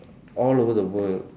all over the world